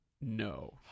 no